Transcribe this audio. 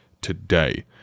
today